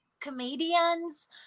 comedians